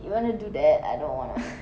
you wanna do that I don't wanna